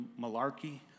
malarkey